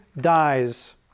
dies